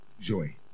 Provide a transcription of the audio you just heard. joy